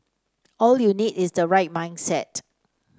all you need is the right mindset